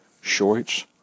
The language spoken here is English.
shorts